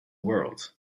world